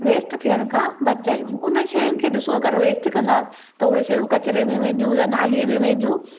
waste थियण खां ॿचायूं उन शयूं खे ॾिसो अगरि वेस्ट कंदासि त उहे शयूं कचरे में वेंदियूं या नालियूं में वेंदियूं